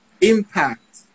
impact